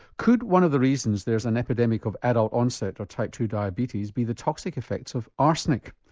could one of the reasons there's an epidemic of adult onset or type two diabetes be the toxic effects of arsenic?